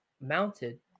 mounted